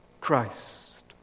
Christ